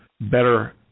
better